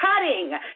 cutting